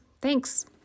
Thanks